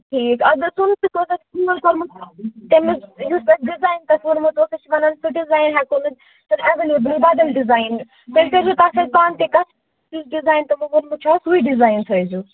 ٹھیٖک اَتھ گوٚژھ نہٕ تۄہہِ تھوڑا فون کوٚرمُت تٔمِس یُس تۄہہِ ڈِزایِن تۅہہِ ووٚنمُت اوسوٕ سُہ چھُ وَنان سُہ ڈِزایِن ہیٚکو نہٕ سُہ چھُنہٕ ایویلیبٕل بدل ڈِزایِن تُہۍ کٔرۍزیٚو تَس سۭتۍ پانہٕ تہِ کَتھ یُس ڈِزایِن تِمو ووٚنمُت چھُ اَسہِ سُے ڈِزایِن تھٲوِزیٚو